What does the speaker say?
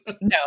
No